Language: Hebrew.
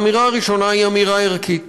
האמירה הראשונה היא אמירה ערכית: